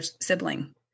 sibling